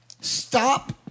stop